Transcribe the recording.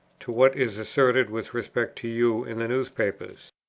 to what is asserted with respect to you in the newspapers.